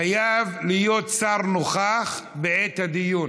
חייב להיות שר נוכח בעת הדיון,